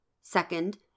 Second